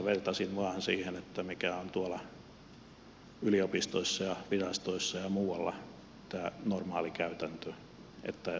vertasin vain siihen mikä on tuolla yliopistoissa ja virastoissa ja muualla tämä normaali käytäntö